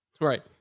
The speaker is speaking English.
Right